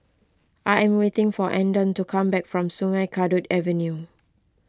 I am waiting for andon to come back from Sungei Kadut Avenue